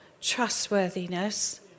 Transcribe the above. trustworthiness